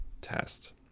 test